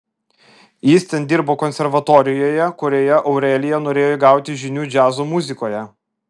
jis ten dirbo konservatorijoje kurioje aurelija norėjo įgauti žinių džiazo muzikoje